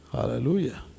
Hallelujah